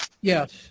Yes